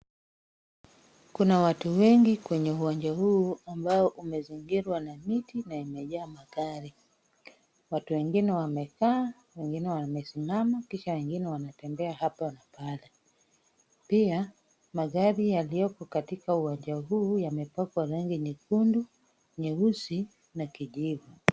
Kuna watu wengi kwenye uwanja huu ambao umezingirwa na miti na imejaa magari. Watu wengine wamekaa, wengine wamesimama kisha wengine wanatembea hapa na pale. Pia magari yaliyoko katika uwanja huu yamepakwa rangi nyekundu, nyeusi na kijivu.